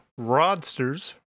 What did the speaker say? Rodsters